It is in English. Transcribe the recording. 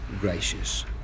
gracious